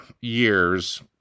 years